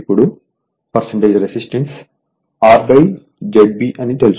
ఇప్పుడు resistance R ZB అని తెలుసు